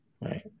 right